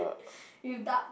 with dark